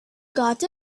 got